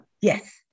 Yes